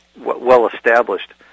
well-established